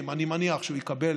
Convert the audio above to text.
מחשבים, אני מניח שהוא יקבל